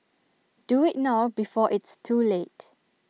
do IT now before it's too late